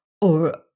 Or